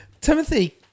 Timothy